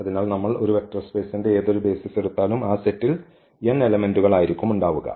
അതിനാൽ നമ്മൾ ഒരു വെക്റ്റർ സ്പേസിന്റെ ഏതൊരു ബെയ്സിസ് എടുത്താലും ആ സെറ്റിൽ n എലെമെന്റുകൾ ആയിരിക്കും ഉണ്ടാവുക